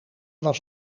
was